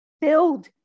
Build